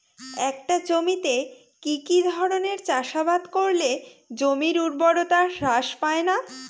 একটা জমিতে কি কি ধরনের চাষাবাদ করলে জমির উর্বরতা হ্রাস পায়না?